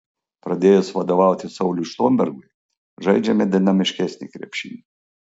pradėjus vadovauti sauliui štombergui žaidžiame dinamiškesnį krepšinį